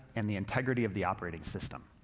and the integrity of the operating system.